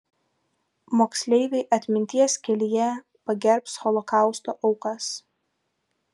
moksleiviai atminties kelyje pagerbs holokausto aukas